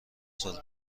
سال